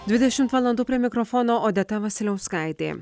dvidešimt valandų prie mikrofono odeta vasiliauskaitė